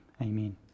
amen